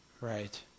Right